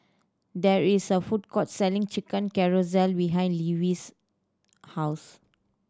there is a food court selling Chicken Casserole behind Levi's house